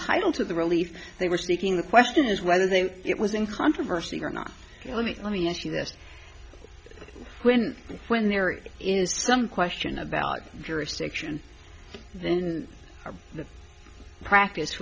title to the relief they were speaking the question is whether they it was in controversy or not let me let me ask you this when and when there is some question about jurisdiction then the practice